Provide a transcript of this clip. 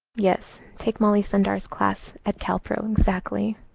yes. take molly sendar's class at calpro. exactly.